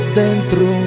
dentro